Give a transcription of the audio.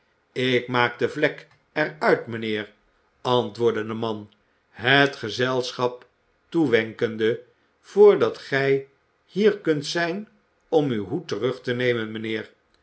ik maak de vlek er uit mijnheer antwoordde de man het gezelschap toewenkende voordat gij hier kunt zijn om uw hoed terug te nemen mijnheer